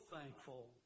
thankful